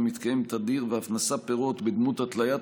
המתקיים תדיר ואף נשא פירות בדמות התליית